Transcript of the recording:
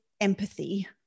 empathy